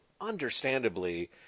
understandably